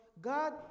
God